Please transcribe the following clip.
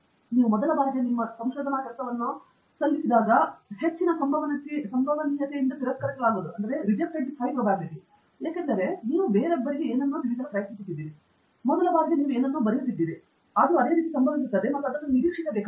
ನೀವು ಮೊದಲ ಬಾರಿಗೆ ನಿಮ್ಮ ಕೆಲಸವನ್ನು ಸಲ್ಲಿಸಿದರೆ ಹೆಚ್ಚಿನ ಸಂಭವನೀಯತೆಯನ್ನು ತಿರಸ್ಕರಿಸಲಾಗುವುದು ಏಕೆಂದರೆ ನೀವು ಬೇರೊಬ್ಬರಿಗೆ ಏನನ್ನಾದರೂ ತಿಳಿಸಲು ಪ್ರಯತ್ನಿಸುತ್ತಿದ್ದೀರಿ ಮೊದಲ ಬಾರಿಗೆ ನೀವು ಏನನ್ನಾದರೂ ಬರೆಯುತ್ತಿದ್ದೀರಿ ಅದು ಆ ರೀತಿ ಸಂಭವಿಸುತ್ತದೆ ಮತ್ತು ನೀವು ಅದನ್ನು ನಿರೀಕ್ಷಿಸಬೇಕಾಗಿದೆ